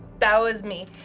that was me.